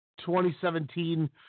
2017